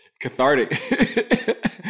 cathartic